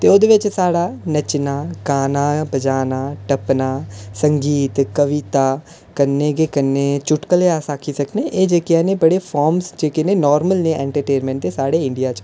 ते ओह्दे बिच साढ़ा नच्चना गाना बजाना टप्पना संगीत कविता कन्नै गै कन्नै चुटकले अस आक्खी सकने एह् जेह्कियां न एह् बड़े फॉर्म जेह्के न नॉर्मल न एंटरटेनमेंट दे साढ़े इंडिया च